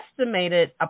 estimated